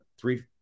three